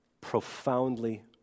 profoundly